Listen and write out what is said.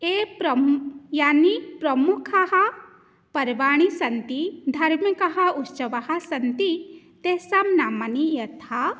ए प्रम् यानि प्रमुखपर्वाणि सन्ति धार्मिकः उत्सवाः सन्ति तेषां नामानि यथा